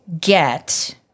get